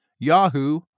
Yahoo